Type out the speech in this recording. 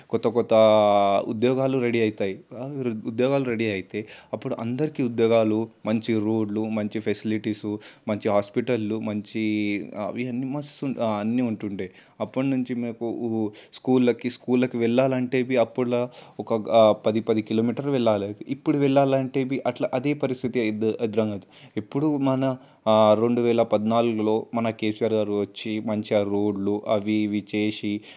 కొత్త కొత్త ఉద్యోగాలు రెడీ అవుతాయి ఉద్యోగాలు రెడీ అవుతాయి అప్పుడు అందరికీ ఉద్యోగాలు మంచిగా రోడ్లు మంచిగా పెట్సిలిటీస్ మంచిగా హాస్పిటల్ మంచి అవి మస్ అన్నీ ఉంటుండే అప్పటి నుంచి నాకు స్కూల్లకి స్కూల్లకి వెళ్ళాలంటే అప్పుట్లో ఒక పది పది కిలోమీటర్లు వెళ్ళాలి ఇప్పుడు వెళ్ళాలంటే అట్లా అదే పరిస్థితి ఎదురవుతుంది ఎప్పుడూ మన రెండువేల పద్నాలుగులో మన కేసీఆర్ గారు వచ్చి మంచిగా రోడ్లు అవి ఇవి చేసి